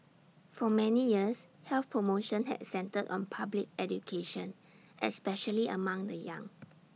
for many years health promotion had centred on public education especially among the young